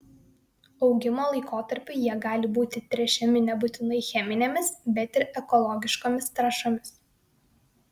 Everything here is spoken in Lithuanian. augimo laikotarpiu jie gali būti tręšiami nebūtinai cheminėmis bet ir ekologiškomis trąšomis